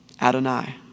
Adonai